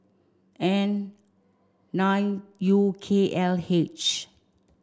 N nine U K L H